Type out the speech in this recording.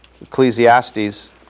Ecclesiastes